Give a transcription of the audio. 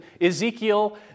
Ezekiel